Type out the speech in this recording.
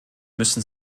müssen